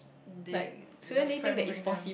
they the friend bring them